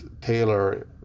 Taylor